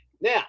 Now